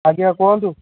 ଆଜ୍ଞା କୁହନ୍ତୁ